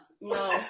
No